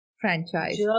franchise